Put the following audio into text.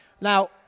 Now